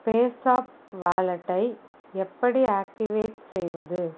என் பேஸாப் வாலெட்டை எப்படி ஆக்டிவேட் செய்வது